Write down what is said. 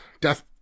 death